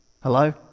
Hello